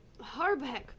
Harbeck